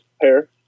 pair